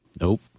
nope